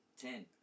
ten